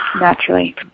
naturally